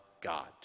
God